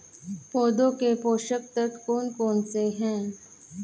पौधों के पोषक तत्व कौन कौन से हैं?